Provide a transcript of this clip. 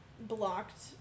blocked